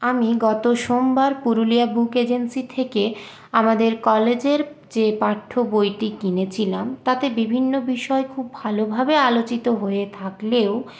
আমি গত সোমবার পুরুলিয়া বুক এজেন্সি থেকে আমাদের কলেজের যে পাঠ্য বইটি কিনেছিলাম তাতে বিভিন্ন বিষয় খুব ভালোভাবে আলোচিত হয়ে থাকলেও